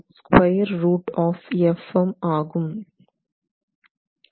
083 ஆகும்